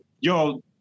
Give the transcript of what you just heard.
yo